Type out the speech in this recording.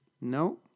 No